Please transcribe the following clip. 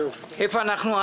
איפה אנחנו?